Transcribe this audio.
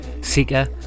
Seeker